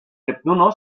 neptuno